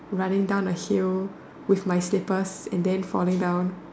running down a hill with my slippers and then falling down